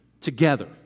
together